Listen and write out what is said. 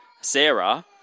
Sarah